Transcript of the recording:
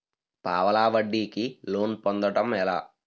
పావలా వడ్డీ కి లోన్ పొందటం ఎలా?